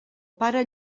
pare